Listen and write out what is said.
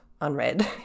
unread